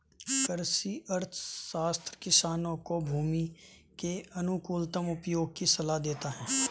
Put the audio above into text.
कृषि अर्थशास्त्र किसान को भूमि के अनुकूलतम उपयोग की सलाह देता है